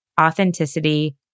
Authenticity